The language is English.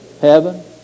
heaven